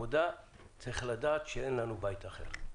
צריך לדעת שאין לנו בית אחר,